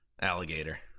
Alligator